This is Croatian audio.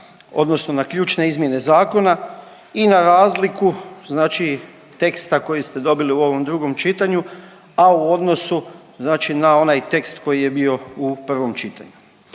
odnosno na ključne izmjene zakona i na razliku, znači teksta koji ste dobili u ovom drugom čitanju, a u odnosu znači na onaj tekst koji je bio u prvom čitanju.